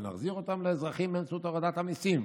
אלא נחזיר אותו לאזרחים באמצעות הורדת המיסים.